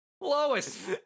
Lois